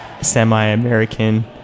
semi-American